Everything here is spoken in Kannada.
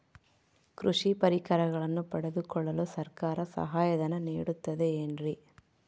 ಕೃಷಿ ಪರಿಕರಗಳನ್ನು ಪಡೆದುಕೊಳ್ಳಲು ಸರ್ಕಾರ ಸಹಾಯಧನ ನೇಡುತ್ತದೆ ಏನ್ರಿ?